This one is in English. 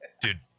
dude